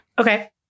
Okay